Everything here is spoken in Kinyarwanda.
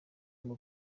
guma